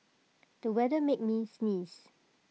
the weather made me sneeze